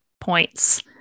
points